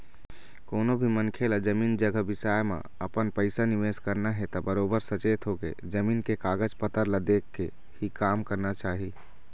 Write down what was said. कोनो भी मनखे ल जमीन जघा बिसाए म अपन पइसा निवेस करना हे त बरोबर सचेत होके, जमीन के कागज पतर ल देखके ही काम करना चाही